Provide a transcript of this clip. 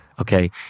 okay